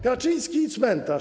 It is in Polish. Kaczyński i cmentarz.